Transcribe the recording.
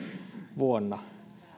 vuonna